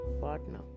partner